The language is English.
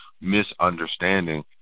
misunderstanding